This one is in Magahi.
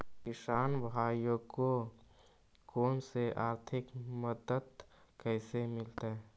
किसान भाइयोके कोन से आर्थिक मदत कैसे मीलतय?